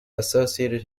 associated